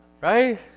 Right